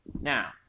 Now